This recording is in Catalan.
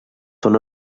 són